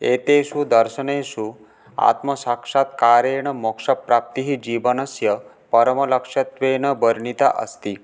एतेषु दर्शनेषु आत्मसाक्षात्कारेण मोक्षप्राप्तिः जीवनस्य परमलक्ष्यत्वेन वर्णिता अस्ति